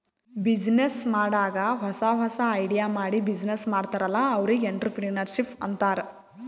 business ಮಾಡಾಗ್ ಹೊಸಾ ಹೊಸಾ ಐಡಿಯಾ ಮಾಡಿ ಬಿಸಿನ್ನೆಸ್ ಮಾಡ್ತಾರ್ ಅಲ್ಲಾ ಅವ್ರಿಗ್ ಎಂಟ್ರರ್ಪ್ರಿನರ್ಶಿಪ್ ಅಂತಾರ್